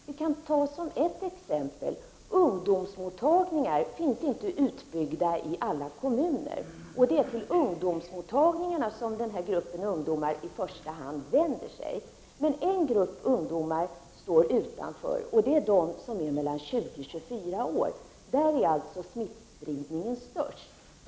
Vi kan som ett exempel nämna ungdomsmottagningarna. De finns inte utbyggda i alla kommuner. Det är till dessa ungdomsmottagningar som den här gruppen ungdomar i första hand vänder sig. Men en grupp ungdomar står utanför. Det är ungdomar som är mellan 20 och 24 år. Där är smittspridningen störst.